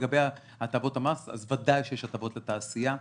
לגבי הטבות המס בוודאי שיש הטבות לתעשייה.